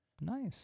Nice